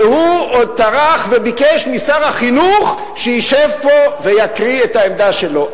והוא עוד טרח וביקש משר החינוך שישב ויקריא את העמדה שלו.